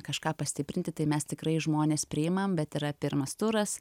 kažką pastiprinti tai mes tikrai žmones priimam bet yra pirmas turas